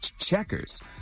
checkers